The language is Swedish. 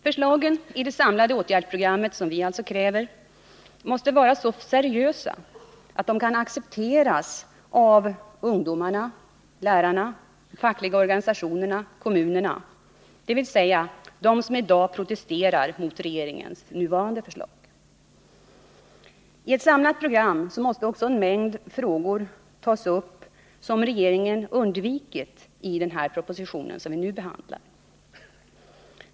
Förslagen i det samlade åtgärdsprogram som vi kräver måste vara så seriösa att de kan accepteras av ungdomar, lärare, fackliga organisationer och kommuner, dvs. alla de som i dag protesterar mot regeringens förslag. I ett samlat program måste också en mängd frågor ingå som regeringen har undvikit att ta upp i den proposition som vi nu behandlar.